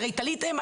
הרי תליתם,